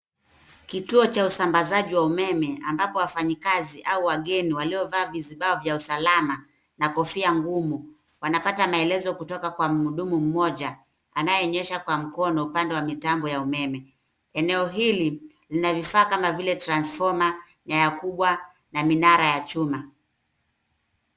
Kituo cha usambazaji wa umeme ambapo wafanyikazi au wageni waliovaa vizibao vya usalama na kofia ngumu wanapata maelezo kutoka kwa mhudumu mmoja anayenyosha kwa mkono upande wa mitambo ya umeme. Eneo hili lina vifaa kama vile transfoma, nyaya kubwa na minara ya chuma.